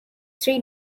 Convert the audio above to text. three